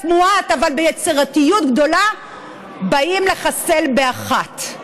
מועט אבל ביצירתיות גדולה באים לחסל באחת.